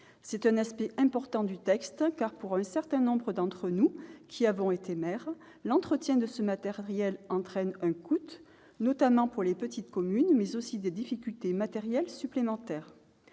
C'est un aspect important du texte, car, pour un certain nombre d'entre nous qui avons été maires, l'entretien de ce matériel entraîne un coût, notamment pour les petites communes, mais aussi des difficultés matérielles supplémentaires.